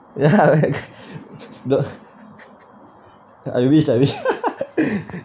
ya I wish I wish